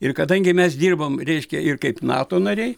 ir kadangi mes dirbam reiškia ir kaip nato nariai